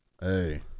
Hey